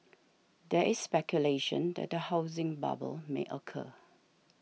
there is speculation that a housing bubble may occur